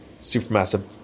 supermassive